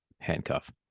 handcuff